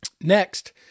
next